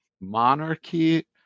monarchy